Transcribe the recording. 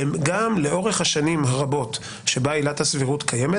וגם לאורך השנים הרבות שבה עילת הסבירות קיימת